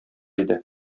иде